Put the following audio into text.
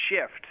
shift